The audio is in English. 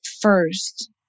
first